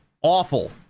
awful